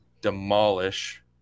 demolish